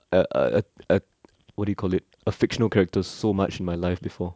a a what do you call it a fictional character so much in my life before